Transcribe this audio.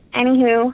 anywho